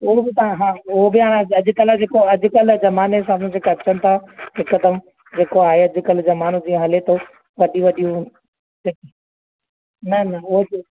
उहो बि तव्हां हा उहो बि हा अॼुकल्ह जेको अॼुकल्ह ज़माने साम्हूं जेका अचनि तव्हां हिकदमि जेको आहे अॼुकल्ह ज़मानो जीअं हले थो वॾियूं वॾियूं न न उहो बि